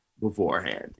beforehand